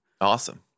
Awesome